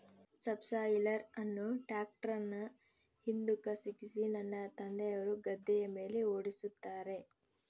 subsoiler ಅನ್ನು ಟ್ರ್ಯಾಕ್ಟರ್ನ ಹಿಂದುಕ ಸಿಕ್ಕಿಸಿ ನನ್ನ ತಂದೆಯವರು ಗದ್ದೆಯ ಮೇಲೆ ಓಡಿಸುತ್ತಾರೆ